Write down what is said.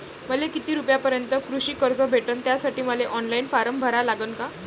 मले किती रूपयापर्यंतचं कृषी कर्ज भेटन, त्यासाठी मले ऑनलाईन फारम भरा लागन का?